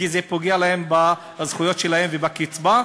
כי זה פוגע להם בזכויות שלהם ובקצבה.